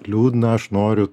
liūdna aš noriu